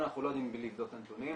אנחנו לא יודעים בלי לבדוק את הנתונים.